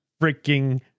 freaking